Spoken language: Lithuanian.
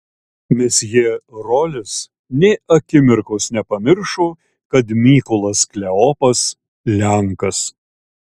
mesjė rolis nė akimirkos nepamiršo kad mykolas kleopas lenkas